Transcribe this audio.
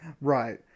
Right